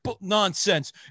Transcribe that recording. nonsense